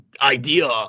idea